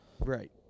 Right